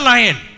Lion